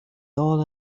all